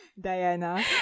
Diana